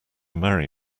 marry